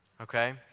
okay